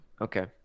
Okay